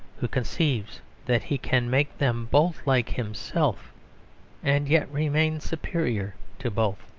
who conceives that he can make them both like himself and yet remain superior to both.